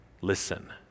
Listen